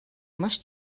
маш